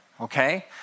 okay